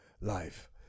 life